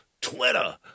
Twitter